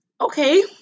Okay